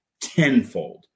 tenfold